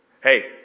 Hey